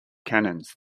cannons